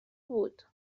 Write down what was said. بود